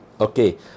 Okay